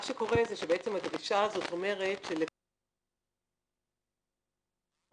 מה שקורה זה שהדרישה הזאת אומרת שלכל לקוח שמסווג כתושב מדינה זרה,